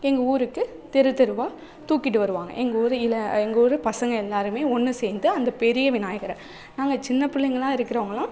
எங்கள் ஊருக்கு தெரு தெருவாக தூக்கிகிட்டு வருவாங்க எங்கள் ஊர் இல்லை எங்கள் ஊர் பசங்க எல்லாருமே ஒன்று சேர்ந்து அந்த பெரிய விநாயகரை நாங்கள் சின்ன பிள்ளைகள்லாம் இருக்குறவங்கள்லாம்